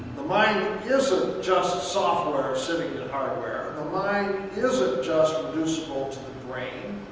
the mind isn't just software sitting hardware. the mind isn't just reducible to the brain.